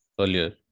earlier